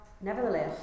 nevertheless